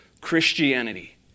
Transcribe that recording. Christianity